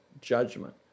judgment